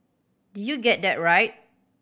did you get that right